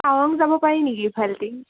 টাৱাং যাব পাৰি নেকি এইফালেদি